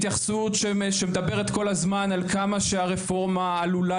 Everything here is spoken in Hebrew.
התייחסות שמדברת כל הזמן על כמה שהרפורמה עלולה